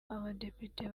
abadepite